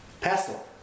Pastel